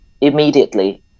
immediately